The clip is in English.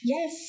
Yes